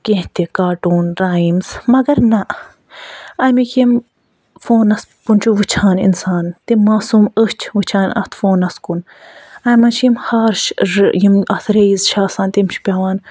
کیٚنہہ تہِ کاٹوٗنٔز رایمٕز مَگر نہ اَمِکۍ یِم فونَس کُن چھُ وُچھان اِنسان تِم ماسوٗم أچھ وُچھان فونَس کُن اَتھ منٛز چھِ یِم ہارٕش یِم اَتھ رٮ۪یز چھِ آسان تِم چھِ پٮ۪وان